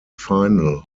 final